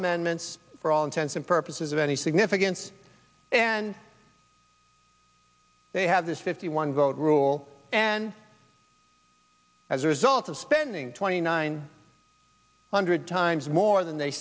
amendments for all intents and purposes of any significance and they have this fifty one vote rule and as a result of spending twenty nine hundred times more than they